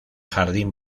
jardín